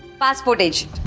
passport agent.